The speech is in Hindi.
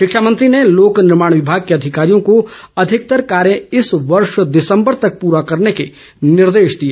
शिक्षा मंत्री ने लोक निर्माण विभाग के अधिकारियों को अधिकतर कार्य इस वर्ष दिसम्बर तक पूरा करने के निर्देश दिए